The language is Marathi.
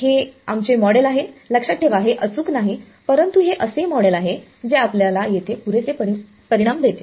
हे आमचे मॉडेल आहे लक्षात ठेवा हे अचूक नाही परंतु हे असे मॉडेल आहे जे आपल्याला येथे पुरेसे परिणाम देते